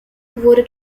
wurde